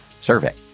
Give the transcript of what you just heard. survey